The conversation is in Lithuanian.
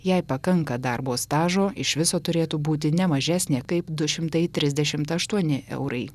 jei pakanka darbo stažo iš viso turėtų būti ne mažesnė kaip du šimtai trisdešimt aštuoni eurai